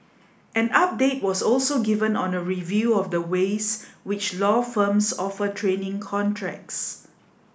an update was also given on a review of the ways which law firms offer training contracts